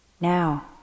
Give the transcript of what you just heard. now